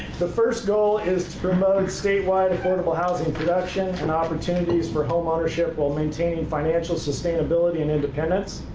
the first goal is to promote statewide affordable housing production and opportunities for homeownership while maintaining financial sustainability and independence.